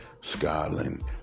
Scotland